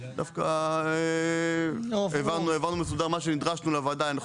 דווקא העברנו מסודר מה שנדרשנו לוועדה אין חוב,